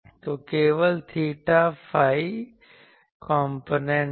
तो केवल theta phi component हैं